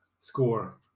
score